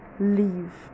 leave